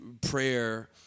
prayer